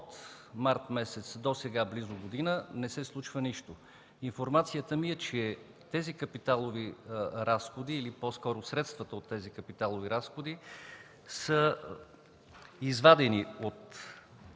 от месец март досега, близо година, не се случва нищо. Информацията ми е, че тези капиталови разходи, или по-скоро средствата от тези капиталови разходи, са извадени от